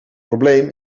probleem